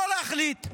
שלא להחליט.